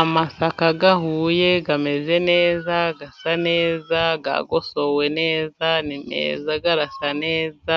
Amasaka ahuye, ameze neza, asa neza, yagosowe neza nimeza arasa neza.